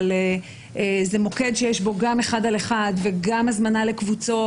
אבל זה מוקד שיש בו גם אחד על אחד וגם הזמנה לקבוצות